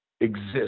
exist